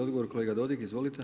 Odgovor kolega Dodig, izvolite.